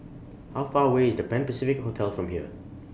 How Far away IS The Pan Pacific Hotel from here